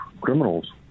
Criminals